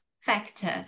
factor